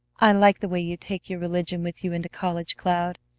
i like the way you take your religion with you into college, cloud.